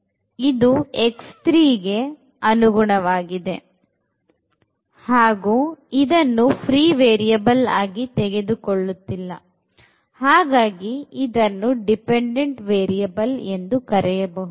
ಇದು x3ಗೇ ಅನುಗುಣವಾಗಿದೆ ಹಾಗೂ ಇದನ್ನು ಪ್ರೀ ವೇರಿಯಬಲ್ ಆಗಿ ತೆಗೆದುಕೊಳ್ಳುತ್ತಿಲ್ಲ ಹಾಗಾಗಿ ಇದನ್ನು dependent variable ಎಂದು ಕರೆಯಬಹುದು